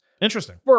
Interesting